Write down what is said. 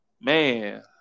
Man